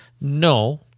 No